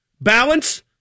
balance